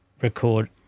record